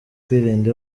kwirinda